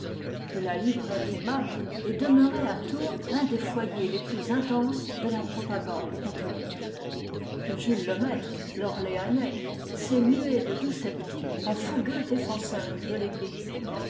que la librairie marne est demeurée à tours un des foyers les plus intenses de la propagande catholique que jules lemaître l'orléanais s'est mué de doux sceptique en fougueux défenseur de l'eglise